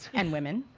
and women.